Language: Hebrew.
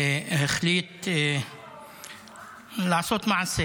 החליט לעשות מעשה